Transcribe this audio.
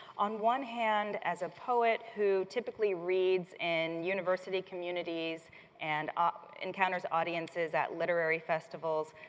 on one hand as a poet who typically reads in university communities and encounters audiences at literary festivals,